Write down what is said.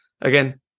again